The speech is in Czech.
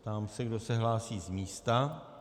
Ptám se, kdo se hlásí z místa.